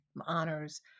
honors